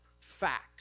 fact